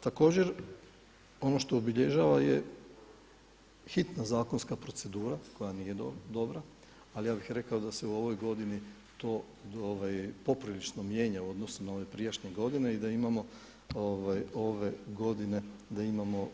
Također ono što obilježava je hitna zakonska procedura koja nije dobra, ali ja bih rekao da se u ovoj godini to poprilično mijenja u odnosu na ove prijašnje godine i da imamo ove godine da imamo